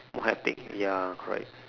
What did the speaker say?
more hectic ya correct